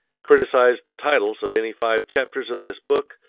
criticise the titles of any five chapters of this book,